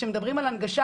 כשמדברים על הנגשה,